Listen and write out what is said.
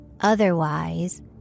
otherwise